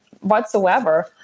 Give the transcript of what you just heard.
whatsoever